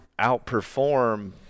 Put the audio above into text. outperform